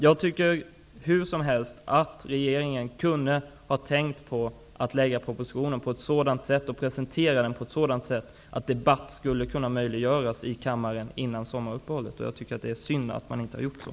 Hur som helst tycker jag att regeringen kunde ha tänkt på att presentera propositionen på ett sådant sätt att debatt i kammaren skulle kunna möjliggöras innan sommaruppehållet. Det är synd att man inte har gjort det.